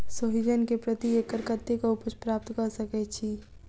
सोहिजन केँ प्रति एकड़ कतेक उपज प्राप्त कऽ सकै छी?